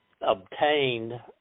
obtained